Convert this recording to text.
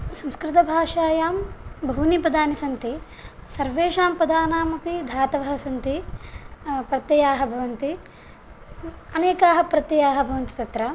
संस्कृतभाषायां बहूनि पदानि सन्ति सर्वेषां पदानामपि धातवः सन्ति प्रत्ययाः भवन्ति अनेकाः प्रत्ययाः भवन्ति तत्र